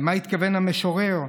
למה התכוון המשורר,